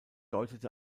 bedeutet